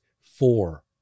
four